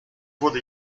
wurde